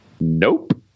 Nope